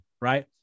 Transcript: right